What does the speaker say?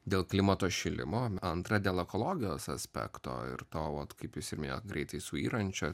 dėl klimato atšilimo antra dėl ekologijos aspekto ir to vat kaip jūs ir minėjot greitai suyrančią